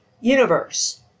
universe